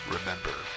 Remember